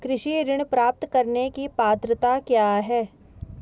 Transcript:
कृषि ऋण प्राप्त करने की पात्रता क्या है?